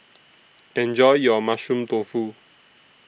Enjoy your Mushroom Tofu